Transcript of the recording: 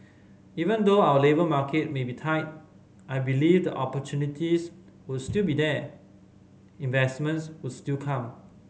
even though our labour market may be tight I believe the opportunities would still be here investments would still come